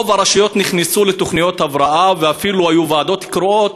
רוב הרשויות נכנסו לתוכניות הבראה ואפילו היו ועדות קרואות,